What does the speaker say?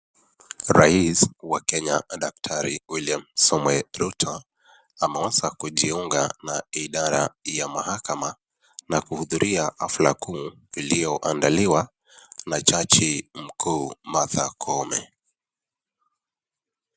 Rais wa Kenya daktari William Samoei Ruto, ameweza kujiunga na idara ya mahakama, na kuudhuria hafla kuu iliyoandaliwa na jaji mkuu Martha Koome.